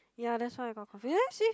ya that's why I got confused there see